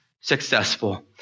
Successful